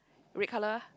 red colour ah